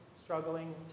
struggling